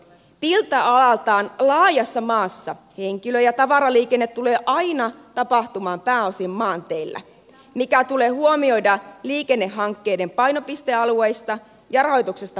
pinta alaltaan laajassa maassa henkilö ja tavaraliikenne tulevat aina tapahtumaan pääosin maanteillä mikä tulee huomioida liikennehankkeiden painopistealueista ja rahoituksesta päätettäessä